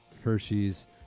Hershey's